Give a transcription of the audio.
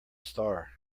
star